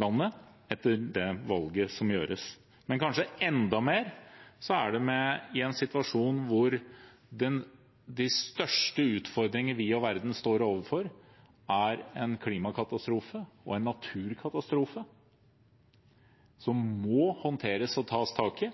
landet ved det valget som ble gjort. Men kanskje er situasjonen med de største utfordringene vi og verden står overfor – en klimakatastrofe og en naturkatastrofe som må håndteres og tas tak i